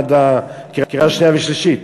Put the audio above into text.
עד הקריאה השנייה והשלישית.